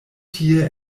tie